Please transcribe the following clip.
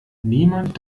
niemand